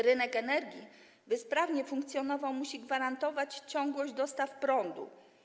Rynek energii, by sprawnie funkcjonował, musi gwarantować ciągłość dostaw prądu.